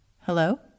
Hello